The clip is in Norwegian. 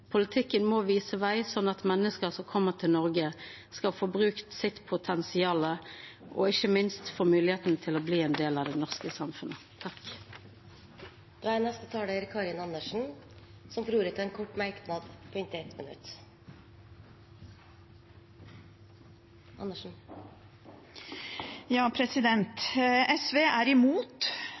Politikken må vise vei, slik at mennesker som kommer til Norge, skal få brukt sitt potensial – og ikke minst få mulighet til å bli en del av det norske samfunnet. Representanten Karin Andersen har hatt ordet to ganger tidligere og får ordet til en kort merknad, begrenset til 1 minutt. SV er imot